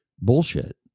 bullshit